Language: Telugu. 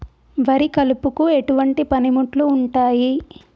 వరి కలుపుకు ఎటువంటి పనిముట్లు ఉంటాయి?